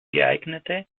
geeignete